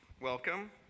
Welcome